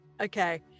okay